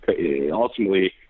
ultimately